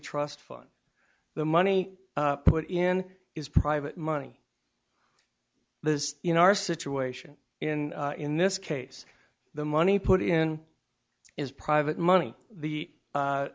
trust fund the money put in is private money this in our situation in in this case the money put in is private money the